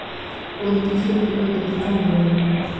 कोणती शेती पद्धती चांगली आहे?